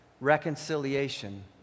reconciliation